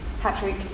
Patrick